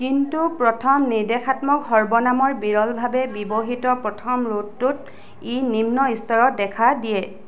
কিন্তু প্ৰথম নিৰ্দেশাত্মক সৰ্বনামৰ বিৰলভাৱে ব্যৱহৃত প্ৰথম ৰূপটোত ই নিম্ন স্তৰত দেখা দিয়ে